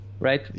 Right